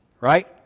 Right